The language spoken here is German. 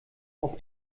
auf